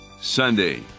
Sunday